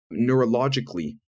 neurologically